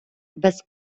без